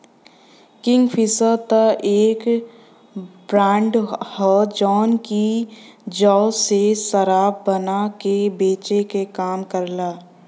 Kingfisher त एक brand हौ जौन की जौ से शराब बना के बेचे क काम करला